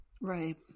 Right